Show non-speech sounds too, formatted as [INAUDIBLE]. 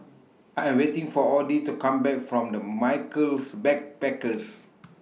I Am waiting For Odie to Come Back from The Michaels Backpackers [NOISE]